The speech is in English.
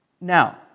Now